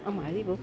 ആ മതി പോ